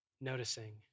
noticing